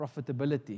Profitability